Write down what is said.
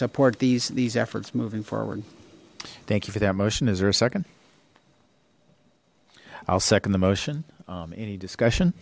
support these these efforts moving forward thank you for that motion is there a second i'll second the motion any discussion